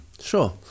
Sure